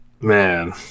Man